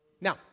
Now